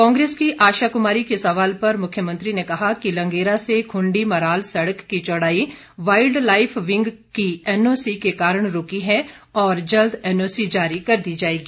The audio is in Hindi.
कांग्रेस की आशा कुमारी के सवाल पर मुख्यमंत्री ने कहा कि लंगेरा से खुंडी मराल सड़क की चौड़ाई वाइल्ड लाइफ विंग की एनओसी के कारण रूकी है और जल्द एनओसी जारी कर दी जाएगी